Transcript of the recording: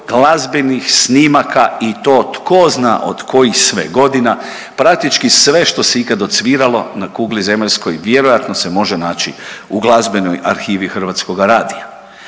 glazbenih snimaka i tko za od kojih sve godina, praktički sve što se ikad odsviralo na kugli zemaljskoj vjerojatno se može naći u glazbenoj Arhivi hrvatskoga radija.